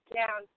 down